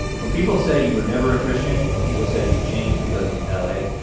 when people say you were never a christian and what people say you changed because of l a,